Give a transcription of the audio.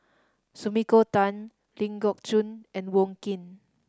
Sumiko Tan Ling Geok Choon and Wong Keen